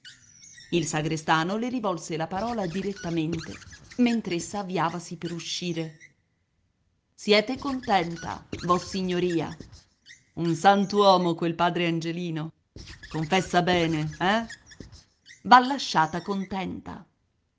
il sagrestano le rivolse la parola direttamente mentr'essa avviavasi per uscire siete contenta vossignoria un sant'uomo quel padre angelino confessa bene eh v'ha lasciata contenta